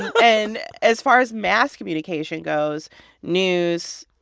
and as far as mass communication goes news,